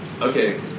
Okay